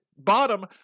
Bottom